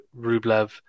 Rublev